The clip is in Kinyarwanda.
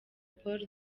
paul